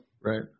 Right